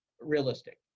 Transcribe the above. realistic